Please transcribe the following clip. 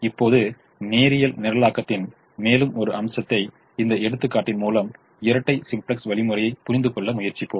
இப்போது நேரியல் நிரலாக்கத்தின் மேலும் ஒரு அம்சத்தை இந்த எடுத்துக்காட்டின் மூலம் இரட்டை சிம்ப்ளக்ஸ் வழிமுறையைப் புரிந்துகொள்ள முயற்சிப்போம்